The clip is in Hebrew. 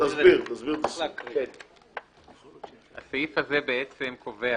תסביר את סעיף 2. הסעיף הזה בעצם קובע